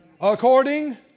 According